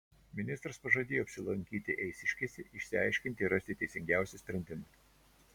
ministras pažadėjo apsilankyti eišiškėse išsiaiškinti ir rasti teisingiausią sprendimą